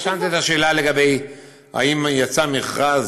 רשמתי את השאלה, אם יצא מכרז,